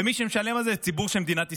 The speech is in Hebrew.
ומי שמשלם על זה הוא הציבור של מדינת ישראל.